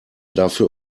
dafür